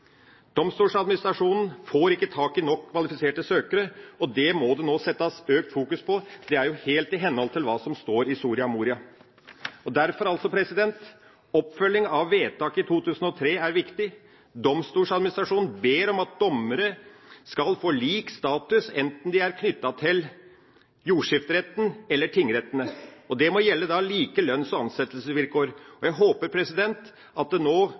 får ikke tak i nok kvalifiserte søkere, og det må det nå sette økt fokus på. Det er jo helt i henhold til hva som står i Soria Moria-erklæringa. Derfor: Oppfølging av vedtaket i 2003 er viktig. Domstoladministrasjonen ber om at dommere skal få lik status enten de er knyttet til jordskifteretten eller tingretten, og det må gjelde like lønns- og ansettelsesvilkår. Jeg håper at regjeringa nå kan skjære igjennom på dette punktet og sikre at det